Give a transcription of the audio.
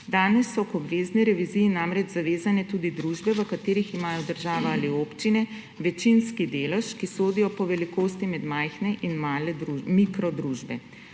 Danes so k obvezni reviziji namreč zavezane tudi družbe, v katerih imajo država ali občine večinski delež, ki sodijo po velikosti med majhne in mikrodružbe.